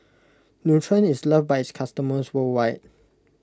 Nutren is loved by its customers worldwide